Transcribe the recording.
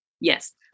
Yes